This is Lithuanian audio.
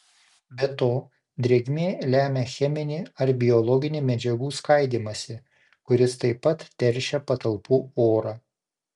be to drėgmė lemia cheminį ar biologinį medžiagų skaidymąsi kuris taip pat teršia patalpų orą